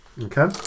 Okay